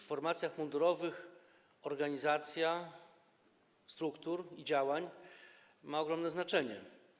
W formacjach mundurowych organizacja struktur i działań ma ogromne znaczenie.